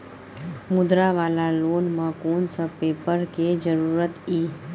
मुद्रा वाला लोन म कोन सब पेपर के जरूरत इ?